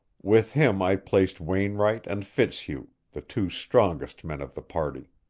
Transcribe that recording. with him i placed wainwright and fitzhugh, the two strongest men of the party.